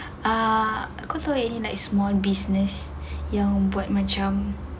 aku try ini like small business yang buat macam